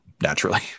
naturally